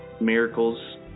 miracles